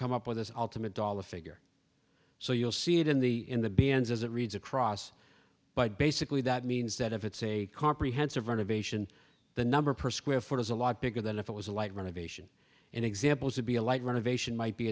come up with this ultimate dollar figure so you'll see it in the in the b ends as it reads across but basically that means that if it's a comprehensive renovation the number per square foot is a lot bigger than if it was a light renovation and examples would be a light renovation might be